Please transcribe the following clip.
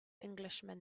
englishman